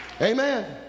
Amen